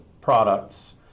products